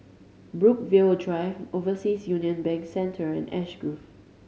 Brookvale Drive Overseas Union Bank Centre and Ash Grove